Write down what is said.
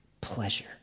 pleasure